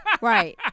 Right